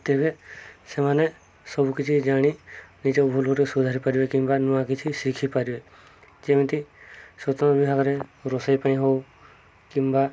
ତେବେ ସେମାନେ ସବୁକିଛି ଜାଣି ନିଜ ଭୁଲ୍ ଗୋଟେ ସୁଧାରି ପାରିବେ କିମ୍ବା ନୂଆ କିଛି ଶିଖିପାରିବେ ଯେମିତି ସ୍ୱତନ୍ତ୍ର ବିଭାଗରେ ରୋଷେଇ ପାଇଁ ହେଉ କିମ୍ବା